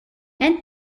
end